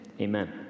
amen